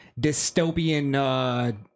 dystopian